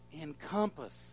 encompass